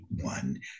one